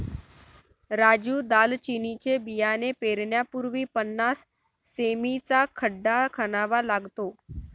राजू दालचिनीचे बियाणे पेरण्यापूर्वी पन्नास सें.मी चा खड्डा खणावा लागतो